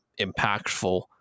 impactful